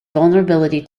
vulnerability